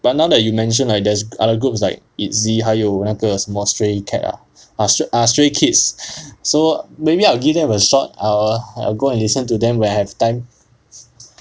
but now that you mention like there's other groups like itzy 还有那个什么 stray cat ah ah stray kids so maybe I'll give them a shot I will I will go and listen to them when I have time